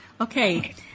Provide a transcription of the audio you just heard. Okay